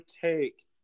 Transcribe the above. take